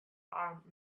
armed